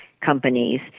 companies